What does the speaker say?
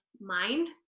mind